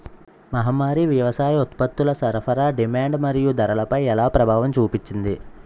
మహమ్మారి వ్యవసాయ ఉత్పత్తుల సరఫరా డిమాండ్ మరియు ధరలపై ఎలా ప్రభావం చూపింది?